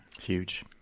Huge